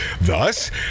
Thus